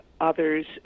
others